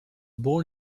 born